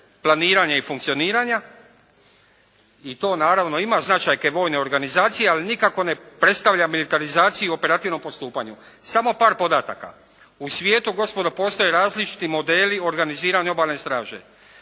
planiranja i funkcioniranja i to naravno ima značajke vojne organizacije, ali nikako ne predstavlja militarizaciju u operativnom postupanju. Samo par podataka. U svijetu gospodo postoje različiti modeli organizirane Obalne straže.